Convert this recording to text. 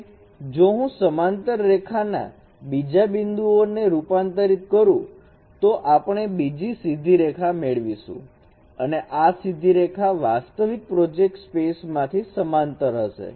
તે જો હું સમાંતર રેખા ના બીજા બિંદુઓને રૂપાંતરિત કરું તો આપણે બીજી સીધી રેખા મેળવીશું અને આ સીધી રેખા વાસ્તવિક પ્રોજેક્ટર સ્પેસ માંથી સમાંતર હશે